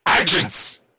agents